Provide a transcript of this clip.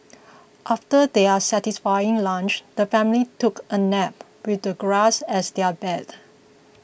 after their satisfying lunch the family took a nap with the grass as their bed